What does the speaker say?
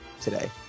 today